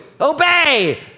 obey